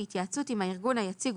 בהתייעצות עם הארגון היציג,